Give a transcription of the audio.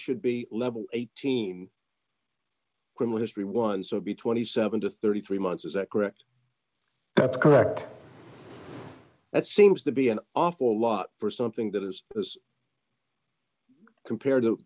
should be a level eighteen criminal history one so be twenty seven to thirty three months is that correct that's correct that seems to be an awful lot for something that is as compared to